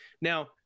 Now